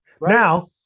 Now